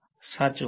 હા સાચું